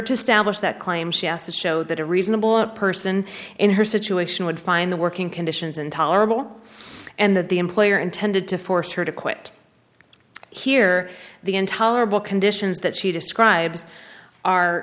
to establish that claim she asked to show that a reasonable person in her situation would find the working conditions intolerable and that the employer intended to force her to quit here the intolerable conditions that she describes are